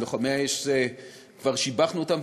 לוחמי האש כבר שיבחנו אותם,